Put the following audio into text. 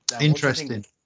Interesting